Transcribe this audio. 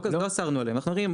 בסדר אנחנו לא אוסרים עליהם.